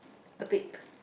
a bit